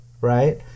right